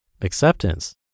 Acceptance